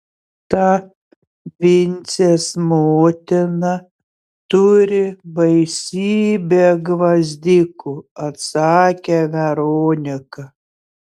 ta vincės motina turi baisybę gvazdikų atsakė veronika